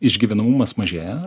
išgyvenamumas mažėja